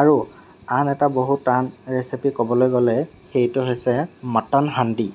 আৰু আন এটা বহু টান ৰেচিপি ক'বলৈ গ'লে সেইটো হৈছে মটন হাণ্ডি